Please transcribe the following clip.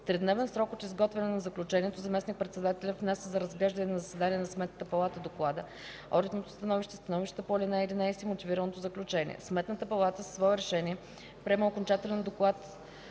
тридневен срок от изготвяне на заключението заместник-председателят внася за разглеждане на заседание на Сметната палата доклада, одитното становище, становищата по ал. 11 и мотивираното заключение. Сметната палата със свое решение приема окончателен одитен